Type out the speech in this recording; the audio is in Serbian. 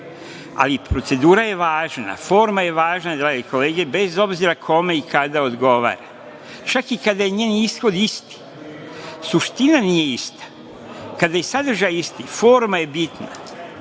ali procedura je važna, forma je važna drage kolege, bez obzira kome i kada odgovara. Čak i kada je njen ishod isti, suština nije ista, kada je sadržaj isti, forma je bitna.